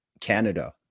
canada